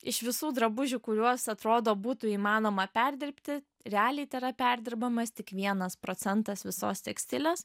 iš visų drabužių kuriuos atrodo būtų įmanoma perdirbti realiai tėra perdirbamas tik vienas procentas visos tekstilės